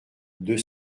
deux